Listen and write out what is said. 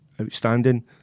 outstanding